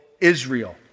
Israel